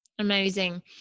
amazing